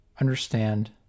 understand